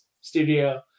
studio